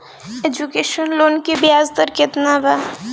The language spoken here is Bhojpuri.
एजुकेशन लोन की ब्याज दर केतना बा?